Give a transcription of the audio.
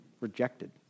rejected